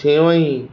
सेवईं